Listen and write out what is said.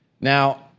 Now